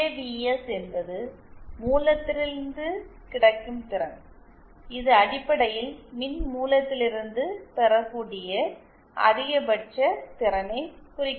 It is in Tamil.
பிஏவிஎஸ் என்பது மூலத்திலிருந்து கிடைக்கும் திறன் இது அடிப்படையில் மின்மூலத்திலிருந்து பெறக்கூடிய அதிகபட்ச திறனை குறிக்கிறது